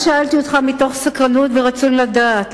אז שאלתי אותך מתוך סקרנות ורצון לדעת,